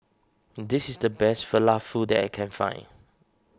this is the best Falafel that I can find